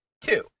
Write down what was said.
Two